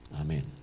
amen